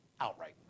outright